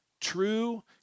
True